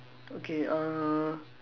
okay uh